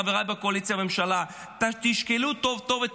חבריי בקואליציה ובממשלה: תשקלו טוב טוב את